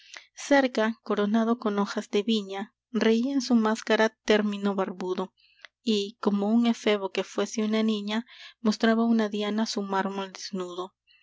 cerca coronado con hojas de viña reía en su máscara término barbudo y como un efebo que fuese una niña mostraba una diana su mármol desnudo